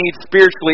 spiritually